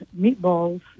meatballs